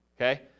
okay